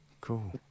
Cool